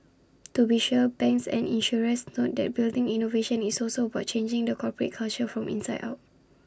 to be sure banks and insurers note that building innovation is also about changing the corporate culture from inside out